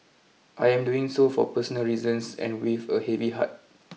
I am doing so for personal reasons and with a heavy heart